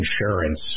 insurance